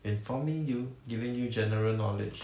informing you giving you general knowledge